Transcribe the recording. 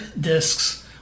disks